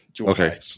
okay